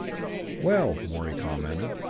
well, morey commented,